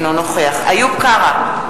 אינו נוכח איוב קרא,